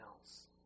else